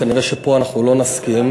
כנראה פה אנחנו לא נסכים.